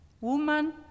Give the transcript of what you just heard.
woman